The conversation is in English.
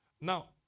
Now